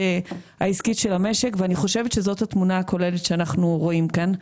העסקית של המשק ואני חושבת שזאת התמונה הכוללת שאנחנו רואים כאן.